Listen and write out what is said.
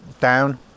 down